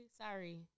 Sorry